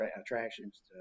attractions